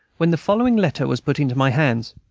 when the following letter was put into my hands